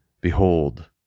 Behold